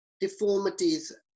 deformities